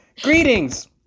greetings